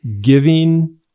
giving